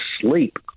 sleep